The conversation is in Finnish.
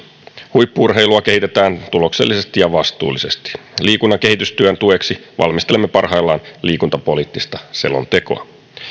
huippu urheilua kehitetään tuloksellisesti ja vastuullisesti liikunnan kehitystyön tueksi valmistelemme parhaillaan liikuntapoliittista selontekoa